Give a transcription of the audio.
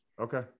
Okay